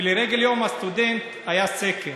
ולרגל יום הסטודנט היה סקר